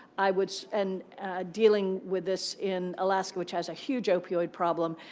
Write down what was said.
i would and dealing with this in alaska, which has a huge opioid problem.